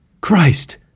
Christ